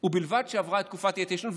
ובלבד שעברה תקופת ההתיישנות.